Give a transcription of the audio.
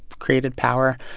created power,